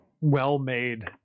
well-made